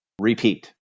repeat